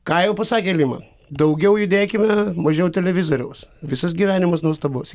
ką jau pasakė lima daugiau judėkime mažiau televizoriaus visas gyvenimas nuostabus